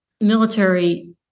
military